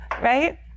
right